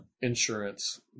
insurance